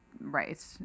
Right